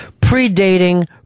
pre-dating